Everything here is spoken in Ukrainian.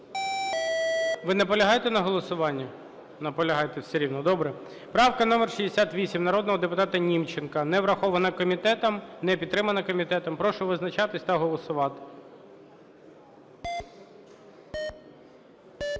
Ви наполягаєте на голосуванні? Наполягаєте все рівно. Добре. Правка номер 68 народного депутата Німченка не врахована комітетом, не підтримана комітетом. Прошу визначатися та голосувати.